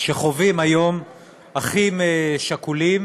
שחווים היום אחים שכולים